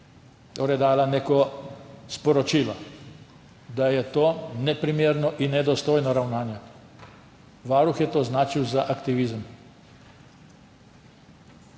Torej je dala neko sporočilo, da je to neprimerno in nedostojno ravnanje, Varuh je to označil za aktivizem.